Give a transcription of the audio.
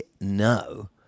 no